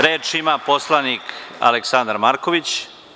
Reč ima narodni poslanik Aleksandar Marković.